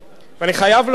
ואני חייב להודות,